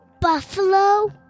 Buffalo